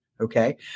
Okay